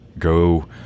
go